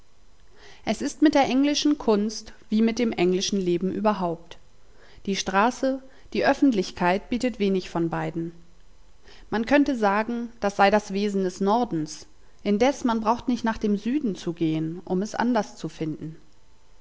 es ist mit der englischen kunst wie mit dem englischen leben überhaupt die straße die öffentlichkeit bietet wenig von beiden man könnte sagen das sei das wesen des nordens indes man braucht nicht nach dem süden zu gehen um es anders zu finden